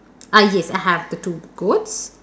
ah yes I have the two goats